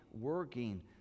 working